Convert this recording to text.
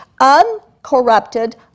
uncorrupted